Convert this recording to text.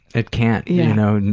it can't. you know know,